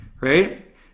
right